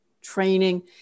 training